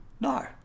No